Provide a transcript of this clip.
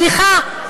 סליחה,